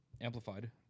Amplified